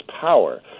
power